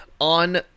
on